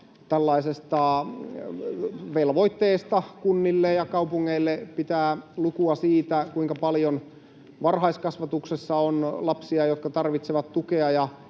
tällaisesta velvoitteesta kunnille ja kaupungeille pitää lukua siitä, kuinka paljon varhaiskasvatuksessa on lapsia, jotka tarvitsevat